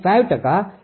5 ટકા